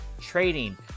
trading